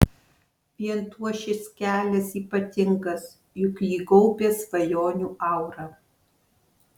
vien tuo šis kelias ypatingas juk jį gaubia svajonių aura